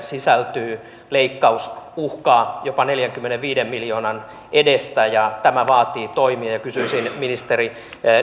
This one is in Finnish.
sisältyy leikkausuhkaa jopa neljänkymmenenviiden miljoonan edestä ja tämä vaatii toimia kysyisin ministeri